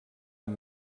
amb